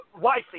wifey